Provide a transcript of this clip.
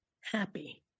happy